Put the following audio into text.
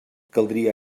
caldria